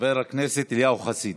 חבר הכנסת אליהו חסיד,